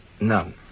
None